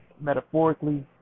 metaphorically